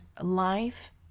life